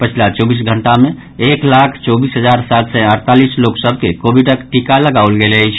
पछिला चौबीस घंटा मे एक लाख चौबीस हजार सात सय अड़तालीस लोक सभ के कोविडक टीका लगाओल गेल अछि